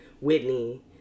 Whitney